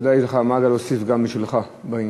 ודאי יש לך מה להוסיף גם משלך בעניין.